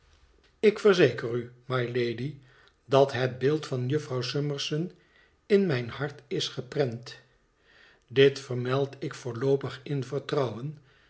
ik verzeker u mylady dat het beeld van jufvrouw summerson in mijn hart is geprent dit vermeld ik voorloopig in vertrouwen